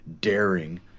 daring